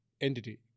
entity